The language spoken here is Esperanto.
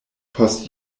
post